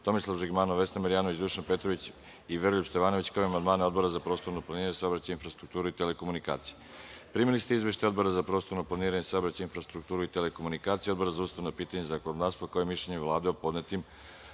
Tomislav Žigmanov, Vesna Marjanović, Dušan Petrović i Veroljub Stevanović, kao i amandmane Odbora za prostorno planiranje, saobraćaj, infrastrukturu i telekomunikacije. Primili ste Izveštaj Odbora za prostorno planiranje, saobraćaj, infrastrukturu i telekomunikacije i Odbora za ustavna pitanja i zakonodavstvo, kao i Mišljenje Vlade o podnetim